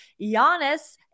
Giannis